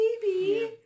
baby